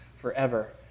forever